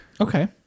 Okay